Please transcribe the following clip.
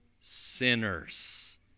sinners